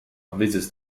visits